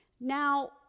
Now